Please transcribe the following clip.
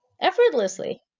effortlessly